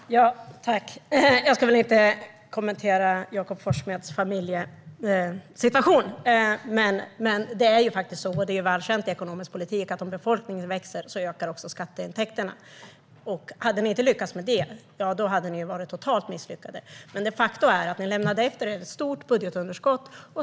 Herr talman! Jag ska väl inte kommentera Jakob Forssmeds familjesituation. Men det är faktiskt så - det är väl känt i ekonomisk politik - att om befolkningen växer ökar också skatteintäkterna. Hade ni inte lyckats med det hade ni varit totalt misslyckade. Men faktum är att ni lämnade efter er ett stort budgetunderskott.